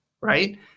right